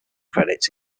credits